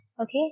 okay